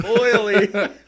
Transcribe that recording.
oily